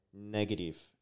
negative